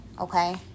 okay